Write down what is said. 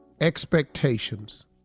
expectations